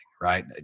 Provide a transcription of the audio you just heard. Right